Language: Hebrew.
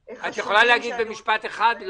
את יכולה להגיד במשפט אחד?